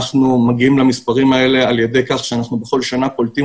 אנחנו מגיעים למספרים האלה על ידי כך שאנחנו בכל שנה קולטים